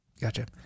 Gotcha